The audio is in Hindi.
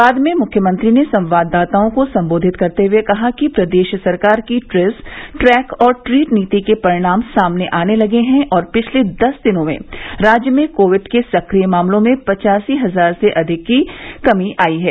बाद में मुख्यमंत्री ने संवाददाताओं को सम्बोधित करते हुए कहा कि प्रदेश सरकार की ट्रेस ट्रैक और ट्रीट नीति के परिणाम सामने आने लगे हैं और पिछले दस दिन में राज्य में कोविड के सक्रिय मामलों में पचासी हजार से अधिक की कमी आई है